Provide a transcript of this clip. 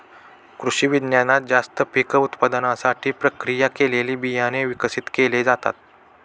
कृषिविज्ञानात जास्त पीक उत्पादनासाठी प्रक्रिया केलेले बियाणे विकसित केले जाते